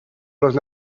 los